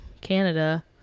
Canada